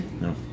no